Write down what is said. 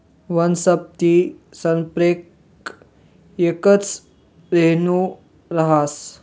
वनस्पती संप्रेरक येकच रेणू रहास